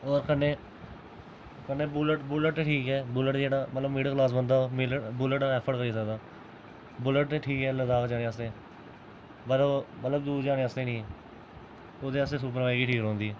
होर कन्नै बुलेट ठीक ऐ बुलेट जेह्ड़ा मतलब मिडिल क्लास बंदा बुलेट एफर्ट करी सकदा बुलेट ठीक ऐ लद्दाख जगह आस्तै मतलब दूर जाने आस्तै नेईं ओह्दे आस्तै सुपर बाईक ई ठीक रौहंदी